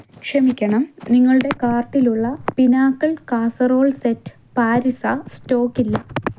ക്ഷമിക്കണം നിങ്ങളുടെ കാർട്ടിലുള്ള പിനാക്കിൾ കാസറോൾ സെറ്റ് പാരിസ സ്റ്റോക്കില്ല